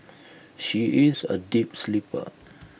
she is A deep sleeper